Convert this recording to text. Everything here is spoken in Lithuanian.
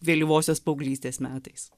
vėlyvosios paauglystės metais